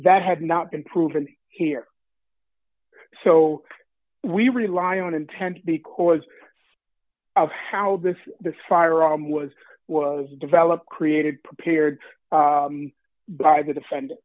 that had not been proven here so we rely on intent because of how this the firearm was was developed created prepared by the defendant